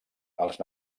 als